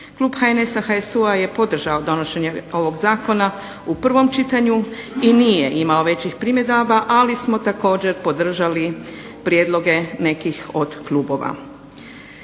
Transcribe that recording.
Klub HNS-HSU-a je podržao donošenje ovog zakona u prvom čitanju i nije imao većih primjedaba, ali smo također podržali prijedloge nekih od klubova.